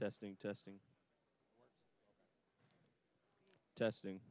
testing testing testing